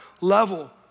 level